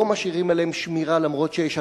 לא משאירים שמירה עליהם, אף-על-פי שיש התרעה.